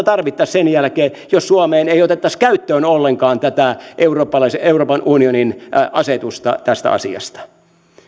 tarvittaisiin sen jälkeen jos suomeen ei otettaisi käyttöön ollenkaan tätä euroopan unionin asetusta tästä asiasta